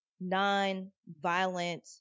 non-violent